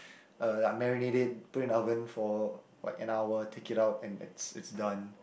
uh like marinate it put it in oven for like an hour take it out and that it's it's done